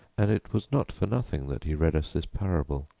and it was not for nothing that he read us this parable.